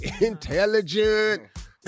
intelligent